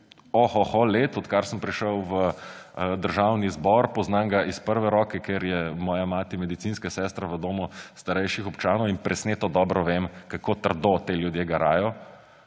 let, odkar sem prišel v Državni zbor. Poznam ga iz prve roke, ker je moja mati medicinska sestra v domu starejših občanov, in presneto dobro vem, kako trdo ti ljudje garajo,